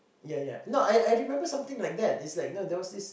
ya ya no I I remember something like that it's like there was this